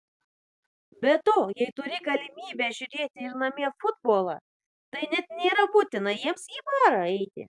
be to jei turi galimybę žiūrėti ir namie futbolą tai net nėra būtina jiems į barą eiti